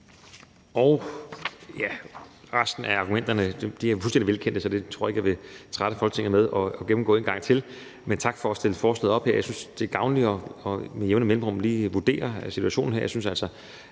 udføre. Resten af argumenterne er fuldstændig velkendte, så dem tror jeg ikke at jeg vil trætte Folketinget med at gennemgå en gang til. Men tak for at stille forespørgslen her. Jeg synes, det er gavnligt med jævne mellemrum lige at vurdere situationen her, og jeg synes, at